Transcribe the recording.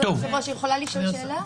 אני יכולה לשאול שאלה?